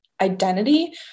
identity